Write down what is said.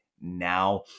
now